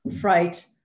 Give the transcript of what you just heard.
fright